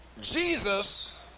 Jesus